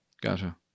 Gotcha